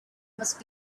must